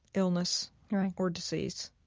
illness or disease